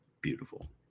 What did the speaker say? Beautiful